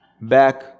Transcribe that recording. back